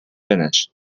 finish